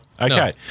Okay